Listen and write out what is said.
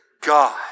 God